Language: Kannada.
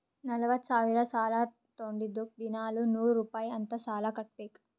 ನಲ್ವತ ಸಾವಿರ್ ಸಾಲಾ ತೊಂಡಿದ್ದುಕ್ ದಿನಾಲೂ ನೂರ್ ರುಪಾಯಿ ಅಂತ್ ಸಾಲಾ ಕಟ್ಬೇಕ್